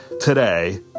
today